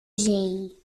zee